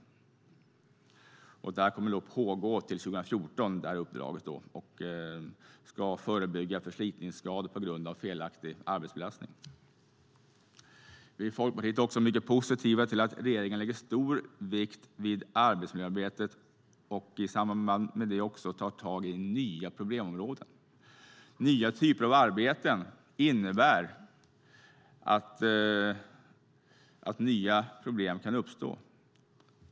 Arbetet med uppdraget kommer att pågå fram till 2014 och ska vara inriktat på att förebygga förslitningsskador på grund av felaktig arbetsbelastning. Vidare är vi i Folkpartiet mycket positiva till att regeringen lägger stor vikt vid arbetsmiljöarbetet och i samband med det också tar tag i nya problemområden. Nya typer av arbeten innebär att nya problem kan uppstå.